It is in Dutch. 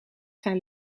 zijn